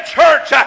church